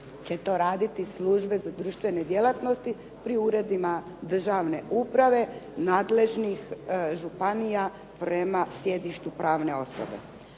će to raditi službe za društvene djelatnosti pri uredima Državne uprave nadležnih županija prema sjedištu pravne osobe.